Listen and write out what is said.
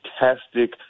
fantastic